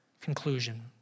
conclusion